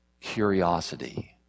curiosity